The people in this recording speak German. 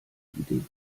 idee